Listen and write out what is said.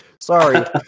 Sorry